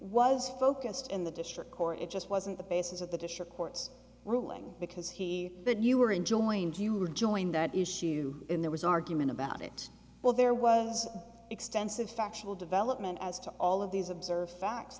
was focused in the district court it just wasn't the basis of the district court's ruling because he that you were enjoined you rejoined that issue in there was argument about it well there was extensive factual development as to all of these observed facts